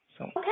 okay